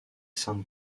sainte